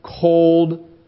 cold